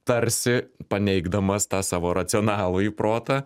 tarsi paneigdamas tą savo racionalųjį protą